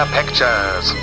Pictures